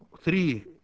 three